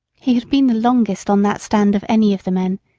he had been the longest on that stand of any of the men,